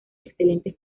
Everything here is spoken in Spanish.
excelentes